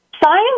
science